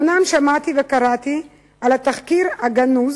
אומנם שמעתי וקראתי על התחקיר הגנוז